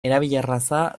erabilerraza